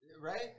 Right